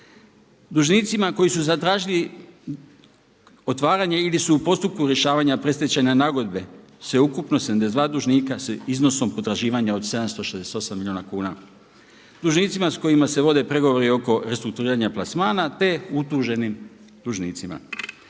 Dužnicima koji su zatražili otvaranje ili su u postupku rješavanja predstečajne nagodbe sveukupno 72 dužnika s iznosom potraživanja od 768 milijuna kuna. Dužnicima sa kojima se vode pregovori oko restrukturiranja plasmana, te utuženim dužnicima.